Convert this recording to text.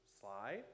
slide